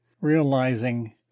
realizing